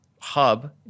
hub